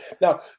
Now